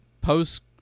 post